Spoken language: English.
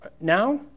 Now